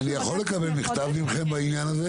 אני יכול לקבל מכם מכתב בעניין הזה?